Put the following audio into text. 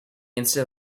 instead